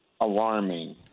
Alarming